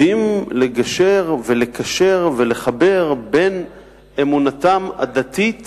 יודעים לגשר ולקשר ולחבר בין אמונתם הדתית